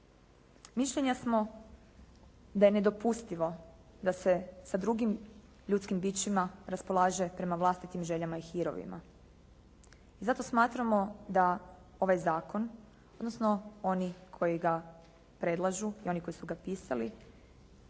Mišljenja smo da je nedopustivo da se sa drugim ljudskim bićima raspolaže prema vlastitim željama i hirovima i zato smatramo da ovaj zakon, odnosno oni koji ga predlažu i oni koji su ga pisali